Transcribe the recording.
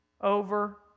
Over